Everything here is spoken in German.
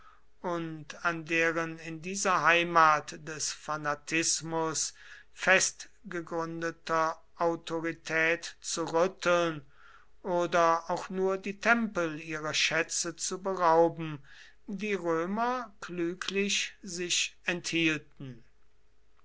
und an deren in dieser heimat des fanatismus fest gegründeter autorität zu rütteln oder auch nur die tempel ihrer schätze zu berauben die römer klüglich sich enthielten